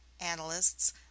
analysts